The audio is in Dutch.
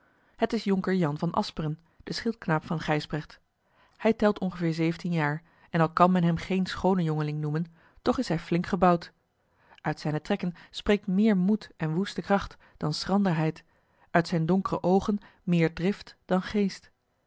het is jonker jan van asperen de schildknaap van gijsbrecht hij telt ongeveer zeventien jaar en al kan men hem geen schoonen jongeling noemen toch is hij flink gebouwd uit zijne trekken spreekt meer moed en woeste kracht dan schranderheid uit zijne donkere oogen meer drift dan geest